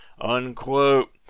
Unquote